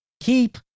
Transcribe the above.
keep